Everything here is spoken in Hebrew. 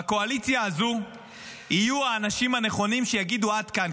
בקואליציה הזאת יהיו האנשים הנכונים שיגידו: עד כאן.